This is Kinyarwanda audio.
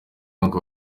mwaka